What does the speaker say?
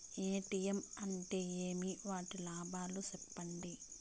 ATM అంటే ఏమి? వాటి లాభాలు సెప్పండి?